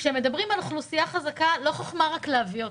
כשמדברים על אוכלוסייה חזקה לא חוכמה רק להביא אותה,